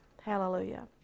Hallelujah